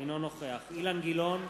אינו נוכח אילן גילאון,